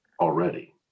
already